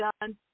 done